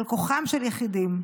על כוחם של יחידים.